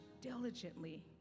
diligently